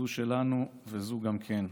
זו שלנו זו גם כן.